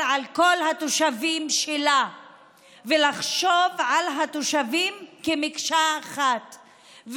על כל התושבים שלה ולחשוב על התושבים כמקשה אחת,